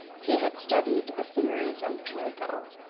he had studied the theories of draco.